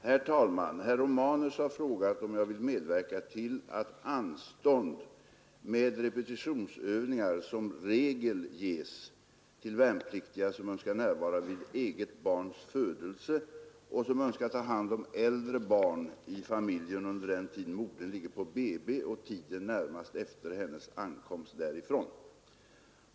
Herr talman! Herr Romanus har frågat om jag vill medverka till att anstånd med repetitionsövningar som regel ges till värnpliktiga som önskar närvara vid eget barns födelse och som önskar ta hand om äldre barn i familjen under den tid modern ligger på BB och tiden närmast efter hennes hemkomst därifrån.